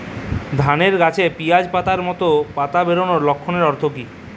ধানের গাছে পিয়াজ পাতার মতো পাতা বেরোনোর লক্ষণের অর্থ কী?